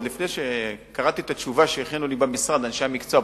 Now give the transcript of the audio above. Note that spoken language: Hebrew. עוד לפני שקראתי את התשובה שהכינו לי במשרד אנשי המקצוע,